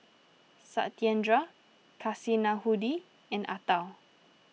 Satyendra Kasinadhudi and Atal